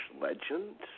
legend